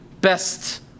Best